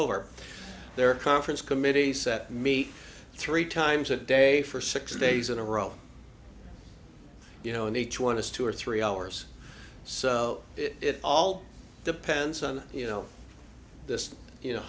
over their conference committee set me three times a day for six days in a row you know and each one has two or three hours so it all depends on you know this you know